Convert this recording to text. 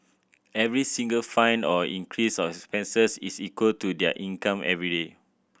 every single fine or increase of expenses is equal to their income everyday